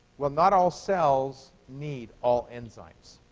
well, not all cells need all enzymes.